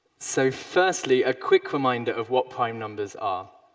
so firstly, a quick reminder of what prime numbers are.